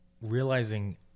realizing